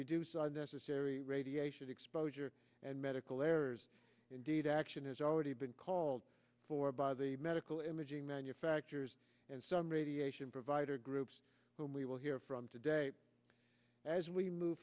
reduce unnecessary radiation exposure and medical errors indeed action has already been called for by the medical imaging manufacturers and some radiation provider groups whom we will hear from today as we move